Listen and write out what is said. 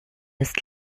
ist